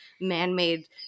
man-made